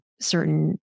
certain